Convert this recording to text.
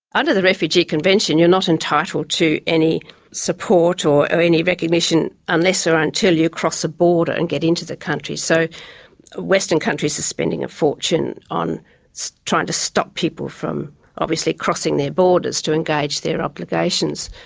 under the refugee convention you're not entitled to any support or any recognition unless or until you cross the border and get into the country. so western countries are spending a fortune on trying to stop people from obviously crossing their borders to engage their obligations,